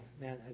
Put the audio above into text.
man